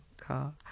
car